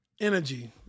Energy